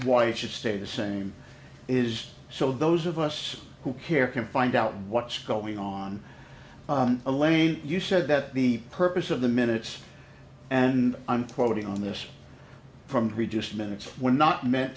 it should stay the same is so those of us who care can find out what's going on elaine you said that the purpose of the minutes and i'm quoting on this from reduced minutes were not me